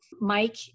Mike